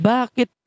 Bakit